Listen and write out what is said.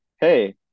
hey